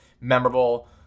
memorable